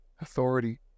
authority